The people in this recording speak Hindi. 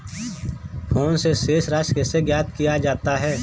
फोन से शेष राशि कैसे ज्ञात किया जाता है?